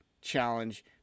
challenge